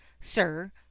sir